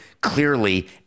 clearly